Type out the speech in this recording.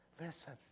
Listen